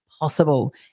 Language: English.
possible